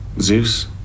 Zeus